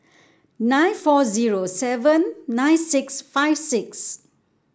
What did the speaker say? nine four zero seven nine six five six